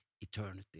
eternity